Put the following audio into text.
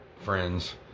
friends